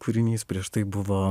kūrinys prieš tai buvo